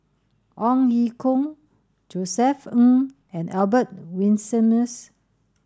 Ong Ye Kung Josef Ng and Albert Winsemius